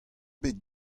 bet